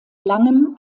langem